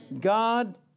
God